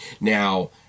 now